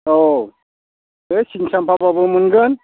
औ ओइ सिनि साम्फाब्लाबो मोनगोन